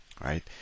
Right